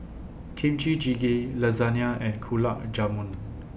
Kimchi Jjigae Lasagne and Gulab Jamun